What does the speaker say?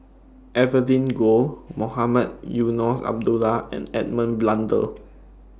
Evelyn Goh Mohamed Eunos Abdullah and Edmund Blundell